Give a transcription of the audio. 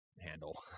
handle